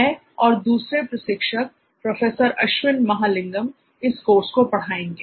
मैं और दूसरे प्रशिक्षक प्रोफेसर अश्विन महालिंगम इस कोर्स को पढ़ाएंगे